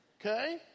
Okay